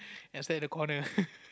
and stand at the corner